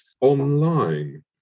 online